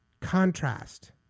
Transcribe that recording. Contrast